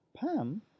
Pam